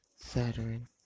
Saturn